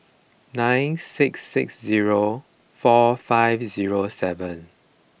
nine six six zero four five zero seven